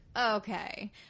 okay